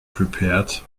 prepared